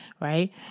right